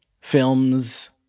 film's